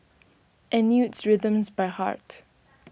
and knew its rhythms by heart